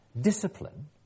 discipline